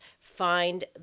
find